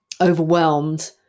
overwhelmed